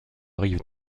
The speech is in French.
rive